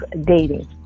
dating